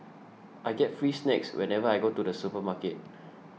I get free snacks whenever I go to the supermarket